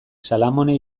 salamone